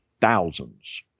thousands